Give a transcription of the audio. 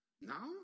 Now